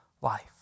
life